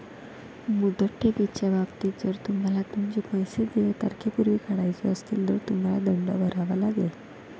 मुदत ठेवीच्या बाबतीत, जर तुम्हाला तुमचे पैसे देय तारखेपूर्वी काढायचे असतील, तर तुम्हाला दंड भरावा लागेल